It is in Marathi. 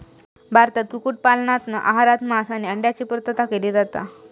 भारतात कुक्कुट पालनातना आहारात मांस आणि अंड्यांची पुर्तता केली जाता